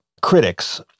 critics